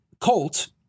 Colt